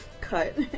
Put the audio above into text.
cut